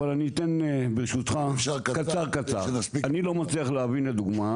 אבל אני אומר בקצרה שאני לא מצליח להבין לדוגמה,